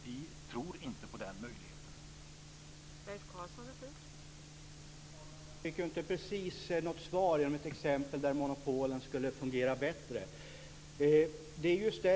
Vi tror inte på den möjligheten.